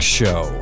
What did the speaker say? show